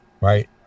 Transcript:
Right